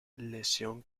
lesión